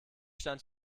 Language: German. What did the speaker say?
stand